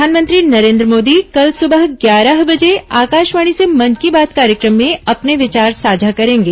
प्रधानमंत्री नरेन्द्र मोदी कल सुबह ग्यारह बजे आकाशवाणी से मन की बात कार्यक्रम में अपने विचार साझा करेंगे